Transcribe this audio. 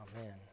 Amen